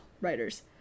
writers